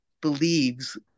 believes